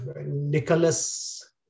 Nicholas